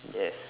yes